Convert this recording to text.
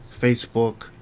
facebook